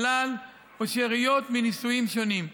שלל או שאריות מניסויים שונים.